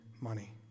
money